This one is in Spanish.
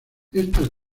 esta